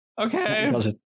Okay